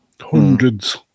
hundreds